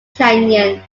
canyon